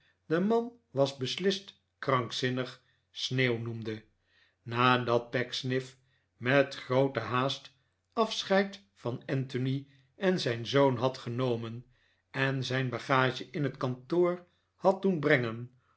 de man was beslist krankzinnig sneeuw noemde nadat pecksniff met groote haast afscheid van anthony en zijn zoon had genomen en zijn bagage in het kantoor had doen brengen